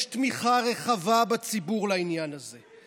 יש תמיכה רחבה בציבור בעניין הזה.